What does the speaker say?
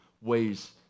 ways